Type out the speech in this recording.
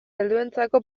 helduentzako